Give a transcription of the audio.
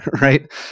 right